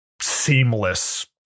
seamless